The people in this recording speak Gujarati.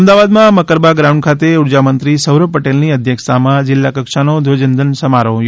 અમદાવાદમાં મકરબા ગ્રાઉંડ ખાતે ઉર્જા મંત્રી સૌરભ પટેલની અધ્યક્ષતામાં જિલ્લા કક્ષાનો ધ્વજવંદન સમારોહ યોજાશે